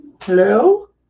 Hello